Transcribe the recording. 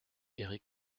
éric